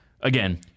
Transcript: again